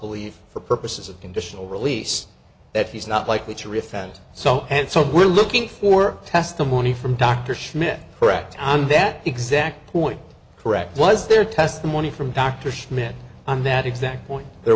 believe for purposes of conditional release that he's not likely to re offend so and so we're looking for testimony from dr schmidt correct on that exact point correct was there testimony from dr schmidt on that exact point there